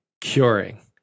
curing